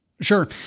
Sure